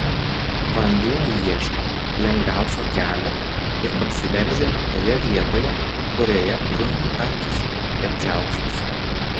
vanduo ieško lengviausio kelio ir prasiveržia toje vietoje kurioje grunto tankis rečiausias